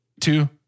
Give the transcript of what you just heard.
two